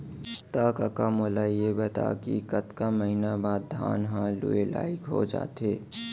त कका मोला ये बता कि कतका महिना बाद धान ह लुए लाइक हो जाथे?